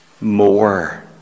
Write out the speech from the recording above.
more